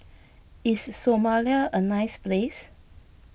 is Somalia a nice place